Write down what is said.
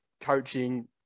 coaching